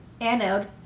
anode